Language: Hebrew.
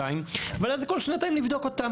ואז כל שנתיים נבדוק אותם.